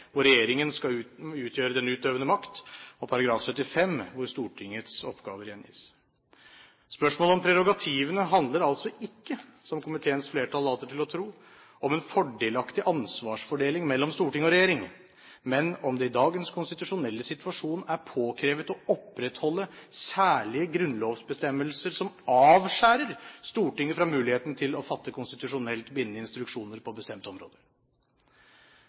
hvor regjeringen skal utgjøre den utøvende makt, og § 75, hvor Stortingets oppgaver gjengis. Spørsmålet om prerogativene handler altså ikke, som komiteens flertall later til å tro, om en fordelaktig ansvarsfordeling mellom storting og regjering, men om det i dagens konstitusjonelle situasjon er påkrevd å opprettholde særlige grunnlovsbestemmelser som avskjærer Stortinget fra muligheten til å fatte konstitusjonelt bindende instruksjoner på bestemte områder.